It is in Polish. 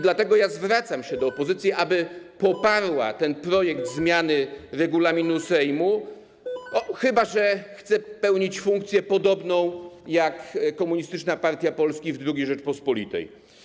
Dlatego zwracam się do opozycji, aby poparła ten projekt zmiany regulaminu Sejmu, chyba że chce pełnić funkcję podobną do funkcji Komunistycznej Partii Polski w II Rzeczypospolitej.